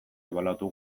ebaluatu